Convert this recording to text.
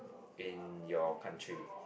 in your country